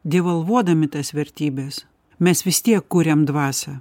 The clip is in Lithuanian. devalvuodami tas vertybes mes vis tiek kuriam dvasią